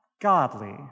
godly